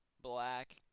black